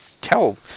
tell